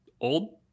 old